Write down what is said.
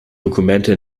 dokumente